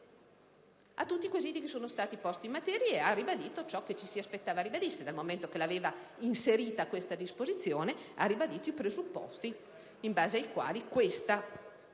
a tutti i quesiti che sono stati posti in materia, ribadendo ciò che ci si aspettava ribadisse; al momento che aveva inserito questa disposizione, ha ribadito i presupposti in base ai quali la misura